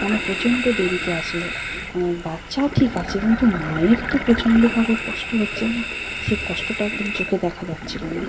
মানে প্রচণ্ড দেরিতে আসলো মানে বাচ্চা ঠিক আছে কিন্তু মায়ের তো প্রচণ্ডভাবে কষ্ট হচ্ছে না সে কষ্টটা একদম চোখে দেখা যাচ্ছিল না